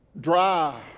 dry